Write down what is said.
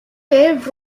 paved